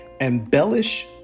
embellish